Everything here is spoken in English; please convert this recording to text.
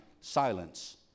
silence